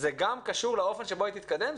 וזה גם קשור לאופן שבו היא תתקדם,